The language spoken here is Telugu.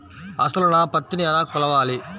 అసలు నా పత్తిని ఎలా కొలవాలి?